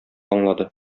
аңлады